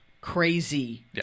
crazy